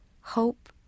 hope